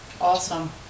Awesome